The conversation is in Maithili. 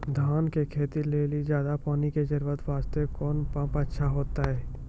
धान के खेती के लेली ज्यादा पानी के जरूरत वास्ते कोंन पम्प अच्छा होइते?